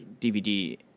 DVD